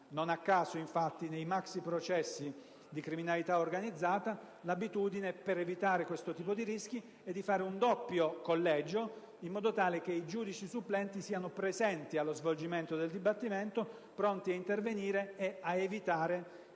Non a caso, infatti, nei maxiprocessi di criminalità organizzata, per evitare questo genere di rischi, vi è l'abitudine di predisporre un doppio collegio, in modo tale che i giudici supplenti siano presenti allo svolgimento del dibattimento pronti ad intervenire e ad evitare